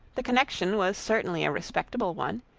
the connection was certainly a respectable one,